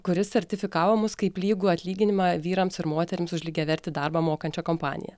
kuris sertifikavo mus kaip lygų atlyginimą vyrams ir moterims už lygiavertį darbą mokančią kompaniją